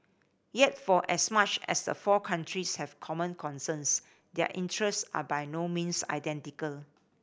yet for as much as the four countries have common concerns their interest are by no means identical